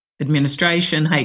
administration